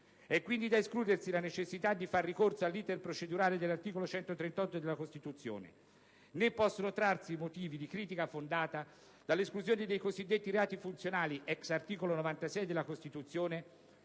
È, quindi, da escludersi la necessità di far ricorso all'*iter* procedurale dell'articolo 138 della Costituzione, né possono trarsi motivi di critica fondata dall'esclusione dei cosiddetti reati funzionali, *ex* articolo 96 della Costituzione,